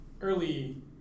early